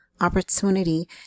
opportunity